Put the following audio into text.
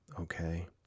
Okay